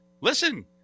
listen